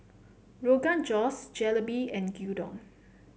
Rogan Josh Jalebi and Gyudon